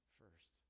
first